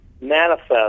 manifest